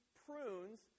prunes